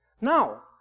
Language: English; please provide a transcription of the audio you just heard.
Now